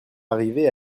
arriver